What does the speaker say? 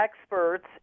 Experts